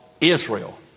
Israel